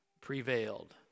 prevailed